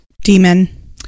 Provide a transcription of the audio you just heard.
Demon